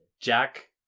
Jack